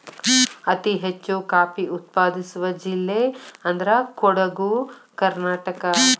ಅತಿ ಹೆಚ್ಚು ಕಾಫಿ ಉತ್ಪಾದಿಸುವ ಜಿಲ್ಲೆ ಅಂದ್ರ ಕೊಡುಗು ಕರ್ನಾಟಕ